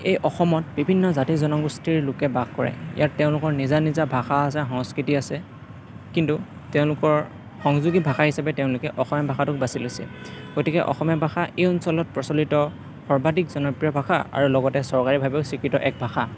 এই অসমত বিভিন্ন জাতি জনগোষ্ঠীৰ লোকে বাস কৰে ইয়াত তেওঁলোকৰ নিজা নিজা ভাষা আছে সংস্কৃতি আছে কিন্তু তেওঁলোকৰ সংযোগী ভাষা হিচাপে তেওঁলোকে অসমীয়া ভাষাটোক বাচি লৈছে গতিকে অসমীয়া ভাষা এই অঞ্চলত প্ৰচলিত সৰ্বাধিক জনপ্ৰিয় ভাষা আৰু লগতে চৰকাৰীভাৱেও স্বীকৃত এক ভাষা